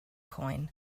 coin